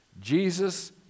Jesus